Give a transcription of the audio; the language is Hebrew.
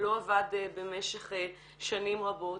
לא עבד במשך שנים רבות,